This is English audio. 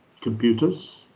computers